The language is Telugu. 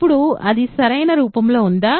ఇప్పుడు అది సరైన రూపంలో ఉందా